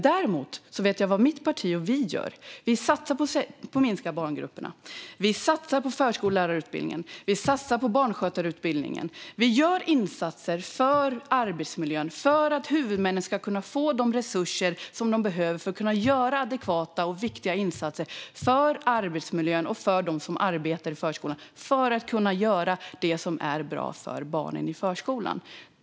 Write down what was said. Däremot vet jag vad mitt parti och vi gör: Vi satsar på att minska barngruppernas storlek. Vi satsar på förskollärarutbildningen. Vi satsar på barnskötarutbildningen. Vi gör insatser för arbetsmiljön och för att huvudmännen ska få de resurser som de behöver för att kunna göra adekvata och viktiga insatser för arbetsmiljön och för dem som arbetar i förskolan, för att kunna göra det som är bra för barnen i förskolan.